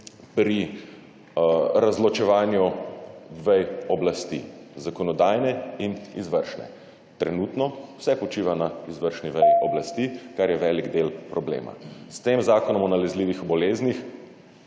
pri razločevanju vej oblasti, zakonodajne in izvršne. Trenutno vse počiva na izvršni veji oblasti, kar je velik del problema. S tem zakonom o nalezljivih boleznih